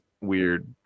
weird